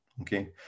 Okay